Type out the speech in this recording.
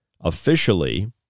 officially